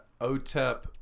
OTEP